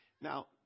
Now